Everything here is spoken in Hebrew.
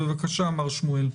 בבקשה, מר שמואלי.